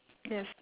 yes